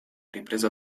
ripresa